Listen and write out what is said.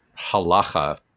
halacha